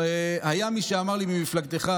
היה מי שאמר לי ממפלגתך: